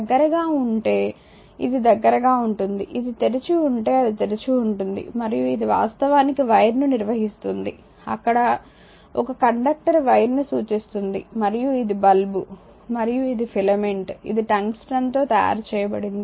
దగ్గరగా ఉంటే ఇది దగ్గరగా ఉంటుంది ఇది తెరిచి ఉంటే అది తెరిచి ఉంటుంది మరియు ఇది వాస్తవానికి వైర్ను నిర్వహిస్తుంది అక్కడ ఒక కండక్టర్ వైర్ను సూచిస్తుంది మరియు ఇది బల్బు మరియు ఇది ఫిలమెంట్ ఇది టంగ్స్టన్ తో తయారు చేయబడింది